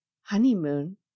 Honeymoon